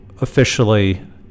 officially